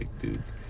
dudes